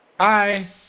Hi